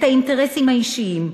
את האינטרסים האישיים,